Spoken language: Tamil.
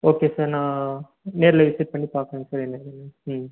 ஓகே சார் நான் நேரில் விசிட் பண்ணிபார்க்குறேங்க சார் என்னனு ம்